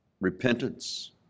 repentance